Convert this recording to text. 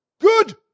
Good